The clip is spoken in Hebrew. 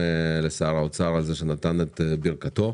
להודות לשר האוצר על שנתן את ברכתו.